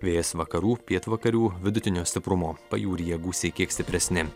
vėjas vakarų pietvakarių vidutinio stiprumo pajūryje gūsiai kiek stipresni